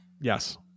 Yes